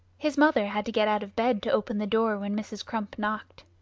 his mother had to get out of bed to open the door when mrs. crump knocked.